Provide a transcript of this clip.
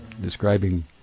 describing